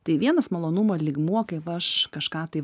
tai vienas malonumo lygmuo kai va aš kažką tai